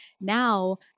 now